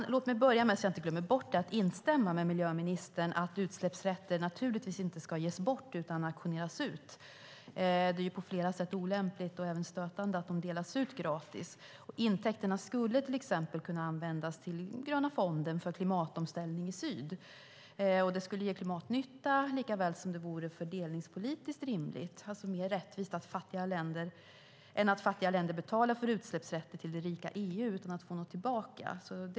Fru talman! Jag instämmer i att handeln med utsläppsrätter naturligtvis inte ska ges bort, utan auktioneras ut. Det är på flera sätt olämpligt och stötande att de delas ut gratis. Intäkterna skulle till exempel kunna användas till Gröna fonden för klimatomställning i syd. Det skulle ge klimatnytta samtidigt som det vore fördelningspolitiskt rimligt. Det är mer rättvist än att fattiga länder betalar för utsläppsrätter till det rika EU utan att få något tillbaka.